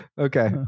okay